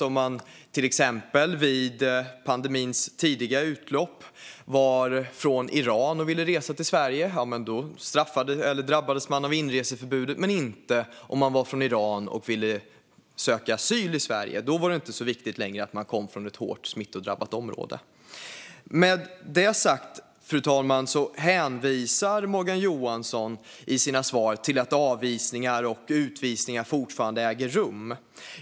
Om man till exempel under pandemins tidiga skede var från Iran och ville resa därifrån till Sverige drabbades man av inreseförbudet, men inte om man var från Iran och ville söka asyl i Sverige. Då var det inte längre så viktigt att man kom från ett hårt smittdrabbat område. Fru talman! I sina svar hänvisar Morgan Johansson till att avvisningar och utvisningar fortfarande äger rum.